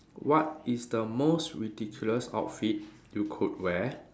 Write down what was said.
what is the most ridiculous outfit you could wear